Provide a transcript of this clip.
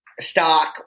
stock